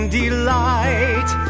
delight